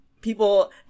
people